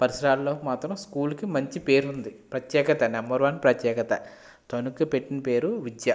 పరిసరాల్లో మాత్రం స్కూలుకి మంచి పేరు ఉంది ప్రత్యేకత నెంబర్ వన్ ప్రత్యేకత తణుకు పెట్టిన పేరు విద్య